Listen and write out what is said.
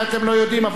אולי אתם לא יודעים,